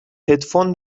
هدفون